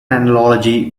analogy